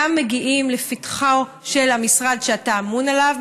מגיעים לפתחו של המשרד שאתה אמון עליו,